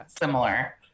similar